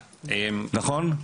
נכון?